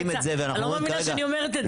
אני לא מאמינה שאני אומרת את זה.